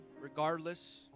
regardless